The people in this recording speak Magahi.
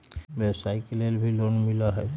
व्यवसाय के लेल भी लोन मिलहई?